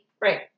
Right